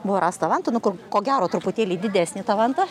buvo rasta vantų nu kur ko gero truputėlį didesnė ta vanta